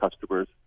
customers